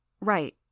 Right